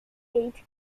laid